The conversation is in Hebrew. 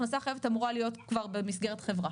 ההכנסה החייבת אמורה להיות כבר במסגרת חברה.